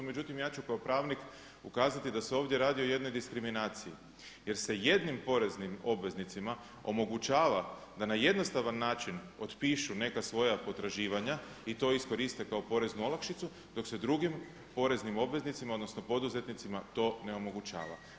Međutim, ja ću kao pravnik ukazati da se ovdje radi o jednoj diskriminaciji jer se jednim poreznim obveznicima omogućava da na jednostavan način otpišu neka svoja potraživanja i to iskoriste kao poreznu olakšicu, dok se drugim poreznim obveznicima odnosno poduzetnicima to ne omogućava.